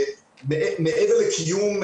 מעבר לקיום,